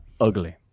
Ugly